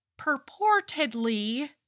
purportedly